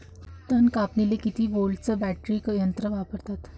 तन कापनीले किती व्होल्टचं बॅटरी यंत्र वापरतात?